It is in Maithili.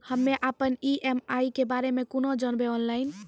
हम्मे अपन ई.एम.आई के बारे मे कूना जानबै, ऑनलाइन?